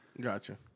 Gotcha